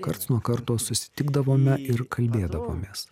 karts nuo karto susitikdavome ir kalbėdavomės